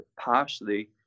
partially